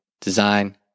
design